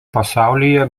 pasaulyje